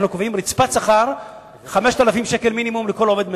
אנחנו קובעים רצפת שכר של 5,000 שקל מינימום לכל עובד משק,